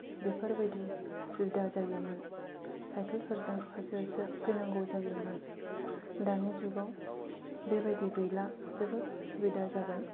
बेफोरबायदि सुबिदा जायोमोन साइकेल फोरजों होसो होसो फैनांगौ जायोमोन दानि जुगाव बेबादि गैला जोबोर सुबिदा जाबाय